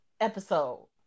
episode